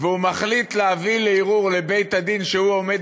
והוא מחליט להביא לערעור לבית-הדין שהוא עומד